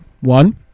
One